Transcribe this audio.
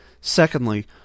Secondly